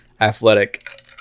athletic